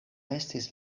estis